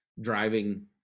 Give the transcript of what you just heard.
driving